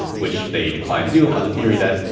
which they declined to do. on the theory that,